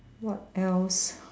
what else